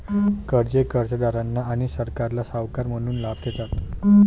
कर्जे कर्जदारांना आणि सरकारला सावकार म्हणून लाभ देतात